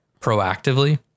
proactively